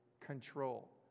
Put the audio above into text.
control